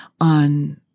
on